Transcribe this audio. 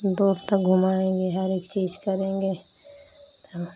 दूर तक घुमाएँगे हर एक चीज़ करेंगे तब